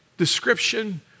description